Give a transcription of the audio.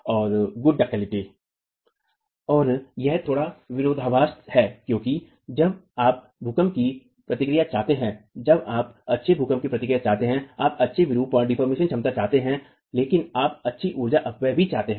और यह थोड़ा विरोधाभास है क्योंकि जब आप भूकंप की प्रतिक्रिया चाहते हैं जब आप अच्छे भूकंप की प्रतिक्रिया चाहते हैं आप अच्छी विरूपण क्षमता चाहते हैं लेकिन आप अच्छी ऊर्जा अपव्यय भी चाहते हैं